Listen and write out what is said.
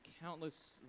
countless